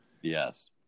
Yes